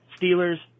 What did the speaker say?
Steelers